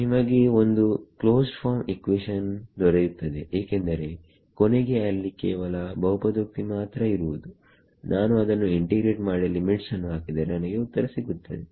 ನಿಮಗೆ ಒಂದು closed form equation ದೊರೆಯುತ್ತದೆ ಏಕೆಂದರೆ ಕೊನೆಗೆ ಅಲ್ಲಿ ಕೇವಲ ಬಹುಪದೋಕ್ತಿ ಮಾತ್ರ ಇರುವುದು ನಾನು ಅದನ್ನು ಇಂಟಿಗ್ರೇಟ್ ಮಾಡಿ ಲಿಮಿಟ್ಸ್ ನ್ನು ಹಾಕಿದರೆ ನನಗೆ ಉತ್ತರ ಸಿಗುತ್ತದೆ